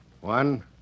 One